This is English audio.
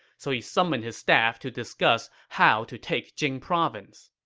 so he summoned his staff to discuss how to take jing province.